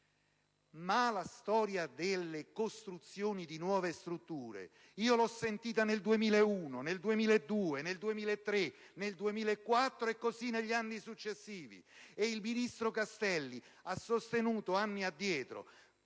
Ma la storia delle costruzioni di nuove strutture io l'ho ascoltata nel 2001, nel 2002, nel 2003, nel 2004 e così via negli anni successivi. L'allora ministro Castelli sosteneva che per